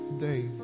day